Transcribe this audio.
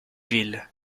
ville